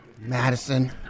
Madison